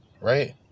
Right